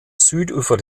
südufer